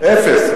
אפס.